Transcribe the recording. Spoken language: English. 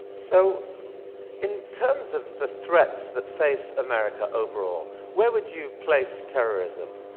so in terms of the threats that face america overall, where would you place terrorism?